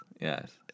yes